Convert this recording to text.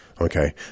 Okay